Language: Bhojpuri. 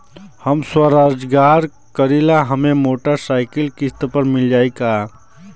हम स्वरोजगार करीला हमके मोटर साईकिल किस्त पर मिल जाई का?